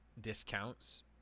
discounts